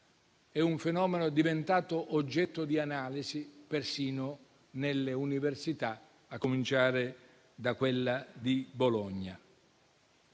È un fenomeno diventato oggetto di analisi persino nelle università, a cominciare da quella di Bologna.